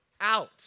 out